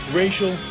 racial